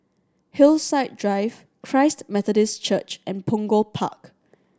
Hillside Drive Christ Methodist Church and Punggol Park